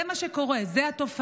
זה מה שקורה, זו התופעה.